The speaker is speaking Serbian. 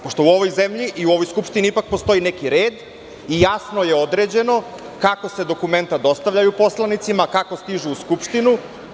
Pošto u ovoj zemlji i u ovoj Skupštini ipak postoji neki red i jasno je određeno kako se dokumenta dostavljaju poslanicima, kako stižu u Skupštinu.